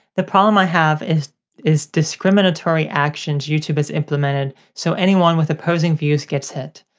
the problem i have is is discriminatory actions youtube has implemented so anyone with opposing views gets hit.